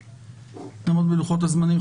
נעמוד בלוחות הזמנים.